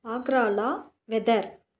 ஆக்ராவில் வெதர்